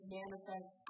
manifest